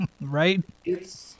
Right